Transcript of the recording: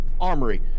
armory